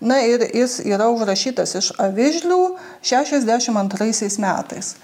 na ir jis yra užrašytas iš avižlių šešiasdešim antraisiais metais